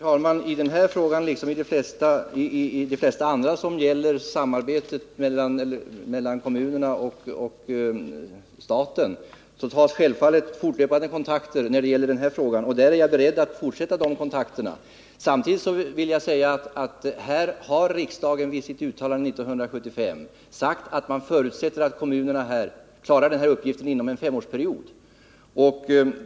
Herr talman! I den här frågan liksom i de flesta andra frågor som gäller samarbetet mellan kommunerna och staten tas fortlöpande kontakter. Jag är beredd att fortsätta dem. Riksdagen har i sitt uttalande 1975 sagt att man förutsätter att kommunerna klarar uppgiften inom en femårsperiod.